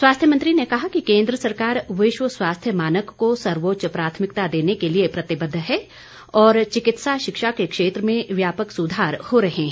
स्वास्थ्य मंत्री ने कहा कि केन्द्र सरकार विश्व स्वास्थ्य मानक को सर्वोच्च प्राथमिकता देने के लिए प्रतिबद्ध है और चिकित्सा शिक्षा के क्षेत्र में व्यापक सुधार हो रहे हैं